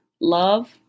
love